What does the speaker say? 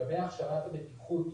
לגבי הכשרת הבטיחות,